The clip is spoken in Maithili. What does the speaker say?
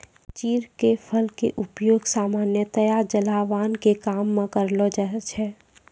चीड़ के फल के उपयोग सामान्यतया जलावन के काम मॅ करलो जाय छै